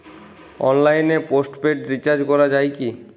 অনলাইনে postpaid recharge করা যায় কি?